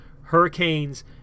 hurricanes